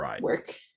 work